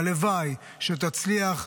הלוואי שתצליח,